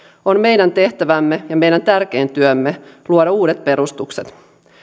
on meidän tehtävämme ja meidän tärkein työmme luoda uudet perustukset